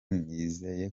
nizeye